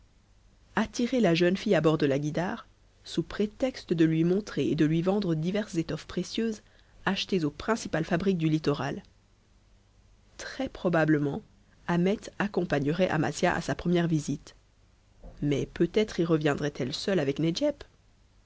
attirer la jeune fille à bord de la guïdare sous prétexte de lui montrer et de lui vendre diverses étoffes précieuses achetées aux principales fabriques du littoral très probablement ahmet accompagnerait amasia à sa première visite mais peut-être y reviendrait elle seule avec nedjeb